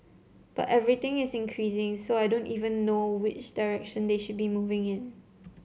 but everything is increasing so I don't even know which direction they should be moving in